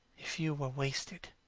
if you were wasted.